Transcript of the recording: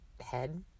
head